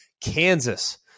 Kansas